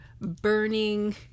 burning